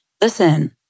listen